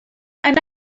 and